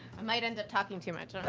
i might end up talking too much.